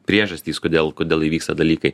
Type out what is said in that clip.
priežastys kodėl kodėl įvyksta dalykai